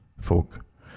folk